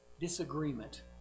disagreement